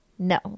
No